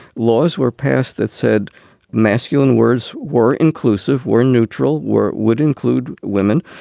laws were passed that said masculine words were inclusive, were neutral, were would include women.